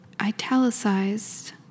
italicized